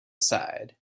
side